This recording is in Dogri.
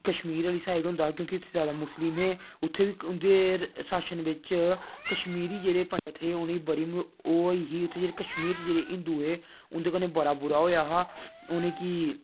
कश्मीर आह्ली साईड होंदा क्योंकि उत्थें सारा मुस्लिम ऐ उत्थें बी उन्दे शासन बिच्च कश्मीरी जेह्ड़े पंडित हे उ'नेंई बड़ी ओह् होई ही उत्थें जेह्ड़े कश्मीर च जेह्ड़े हिन्दु हे उं'दे कन्नै बड़ा बुरा होएआ हा उ'नेंगी